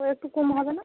তো একটু কম হবে না